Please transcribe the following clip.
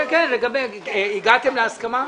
הגעתם להסכמה?